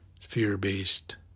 Fear-based